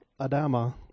Adama